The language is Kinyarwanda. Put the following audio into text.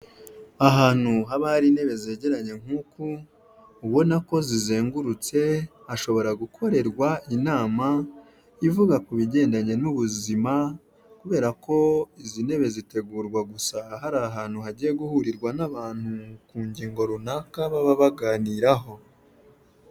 Ahantu haba hari intebe zegeranye nk'uko ubona ko zizengurutse hashobora gukorerwa inama, ivuga ku bigendanye n'ubuzima; kubera ko izi ntebe zitegurwa gusa hari ahantu hagiye guhurirwa n'abantu, ku ngingo runaka baba baganiraho.